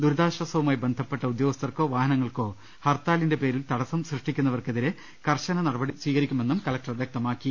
ദുരിതാശ്ചാ സവുമായി ബന്ധപ്പെട്ട ഉദ്യോഗസ്ഥർക്കോ വാഹനങ്ങൾക്കോ ഹർത്താലിന്റെ പേരിൽ തടസ്സം സൃഷ്ടിക്കുന്നവർക്കെതിരെ കർശന നടപടിയെടുക്കുമെന്ന് കലക്ടർ വ്യക്തമാക്കി